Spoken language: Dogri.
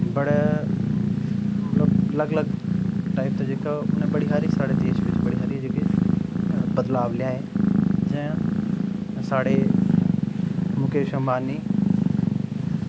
बड़े मतलब कि अलग अलग 'टायप दे उनें बड़े हारे जेह्के साढ़े देश गी बदलाव लेई आए जियां साढ़े मुकेश अंबानी